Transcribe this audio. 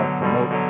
promote